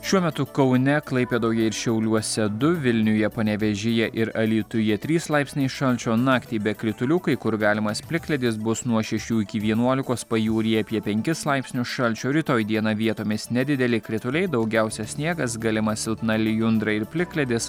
šiuo metu kaune klaipėdoje ir šiauliuose du vilniuje panevėžyje ir alytuje trys laipsniai šalčio naktį be kritulių kai kur galimas plikledis bus nuo šešių iki vienuolikos pajūryje apie penkis laipsnius šalčio rytoj dieną vietomis nedideli krituliai daugiausiai sniegas galima silpna lijundra ir plikledis